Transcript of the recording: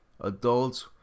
Adults